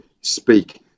speak